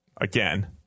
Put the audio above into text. again